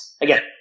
Again